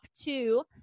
two